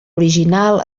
original